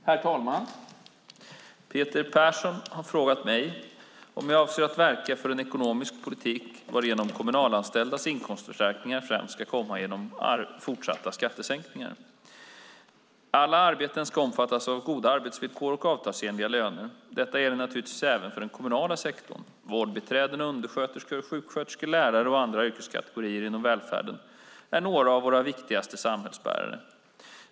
Herr talman! Peter Persson har frågat mig om jag avser att verka för en ekonomisk politik varigenom kommunalanställdas inkomstförstärkningar främst ska komma genom fortsatta skattesänkningar. Alla arbeten ska omfattas av goda arbetsvillkor och avtalsenliga löner. Detta gäller naturligtvis även den kommunala sektorn. Vårdbiträden, undersköterskor, sjuksköterskor, lärare och andra yrkeskategorier inom välfärden är några av våra viktigaste samhällsbärare.